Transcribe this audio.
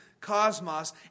cosmos